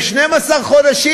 ל-12 חודשים.